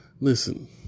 listen